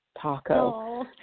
Taco